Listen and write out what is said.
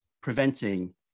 preventing